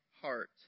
heart